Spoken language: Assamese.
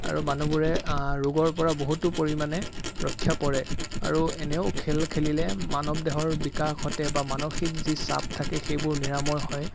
আৰু মানুহবোৰে ৰোগৰ পৰা বহুতো পৰিমাণে ৰক্ষা পৰে আৰু এনেও খেল খেলিলে মানৱ দেহৰ বিকাশ ঘটে বা মানসিক যি চাপ থাকে সেইবোৰ নিৰাময় হয়